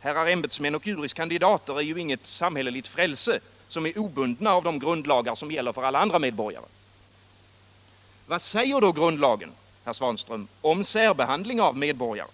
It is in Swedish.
Herrar ämbetsmän och juris kandidater är ju inget samhälleligt frälse, som är obundna av de grundlagar som gäller för alla andra medborgare. Vad säger grundlagen, herr Svanström, om särbehandling av medborgare?